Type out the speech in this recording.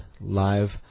live